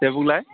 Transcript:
दे बुंलाय